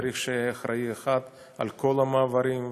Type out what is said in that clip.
וצריך שיהיה אחראי אחד לכל המעברים,